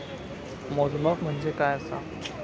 मोजमाप म्हणजे काय असा?